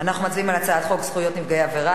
אנחנו מצביעים על הצעת חוק זכויות נפגעי עבירה